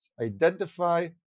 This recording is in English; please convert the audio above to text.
identify